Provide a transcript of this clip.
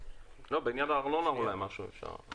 בעניין הארנונה אולי אפשר משהו.